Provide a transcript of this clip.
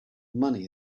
money